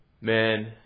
Man